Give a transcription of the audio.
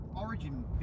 origin